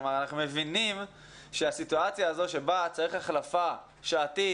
אנחנו מבינים שהסיטואציה הזו שבה צריך החלפה שעתית,